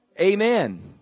Amen